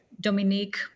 Dominique